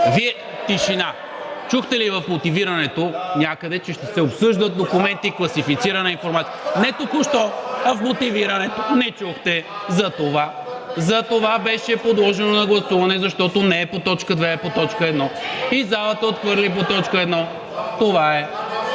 Тишина! Чухте ли в мотивирането някъде, че ще се обсъждат документи с класифицирана информация? (Силен шум и реплики.) Не току-що, а в мотивирането? Не чухте! Затова беше подложено на гласуване, защото не е по т. 2, а е по т. 1 и залата отхвърли по т. 1. Това е.